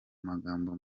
magambo